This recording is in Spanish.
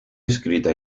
escrita